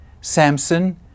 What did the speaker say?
Samson